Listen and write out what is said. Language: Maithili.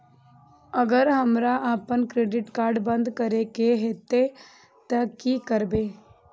अगर हमरा आपन क्रेडिट कार्ड बंद करै के हेतै त की करबै?